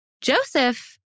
Joseph